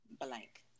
blank